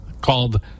called